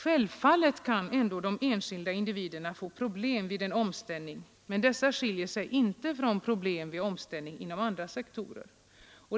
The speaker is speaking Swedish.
Självfallet kan ändå de enskilda individerna få problem vid en omställning, men dessa skiljer sig inte från problemen vid omställning inom andra sektorer.